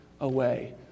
away